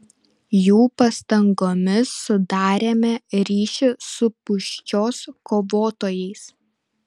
jų pastangomis sudarėme ryšį su pūščios kovotojais